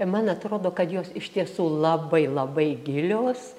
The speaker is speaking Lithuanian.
man atrodo kad jos iš tiesų labai labai gilios